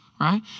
right